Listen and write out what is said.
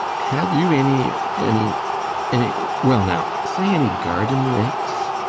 have you any any any well now, say any garden rakes?